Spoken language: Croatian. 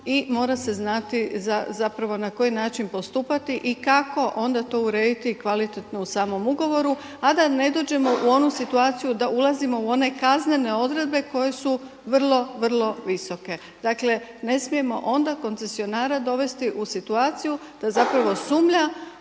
I mora se znati na koji način postupati i kako onda to urediti kvalitetno u samom ugovoru, a da ne dođemo u onu situaciju da ulazimo u one kaznene odredbe koje su vrlo, vrlo visoke. Dakle, ne smijemo onda koncesionara dovesti u situaciju da sumnja